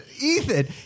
Ethan